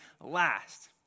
last